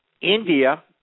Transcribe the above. India